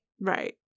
right